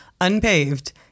Unpaved